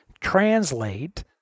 translate